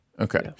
okay